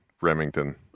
remington